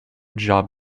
job